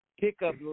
pickup